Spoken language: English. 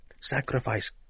sacrifice